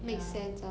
ya